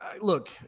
look